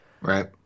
Right